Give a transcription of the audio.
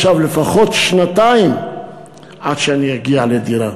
ייקח לפחות שנתיים עד שאני אגיע לדירה.